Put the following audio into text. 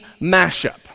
Mashup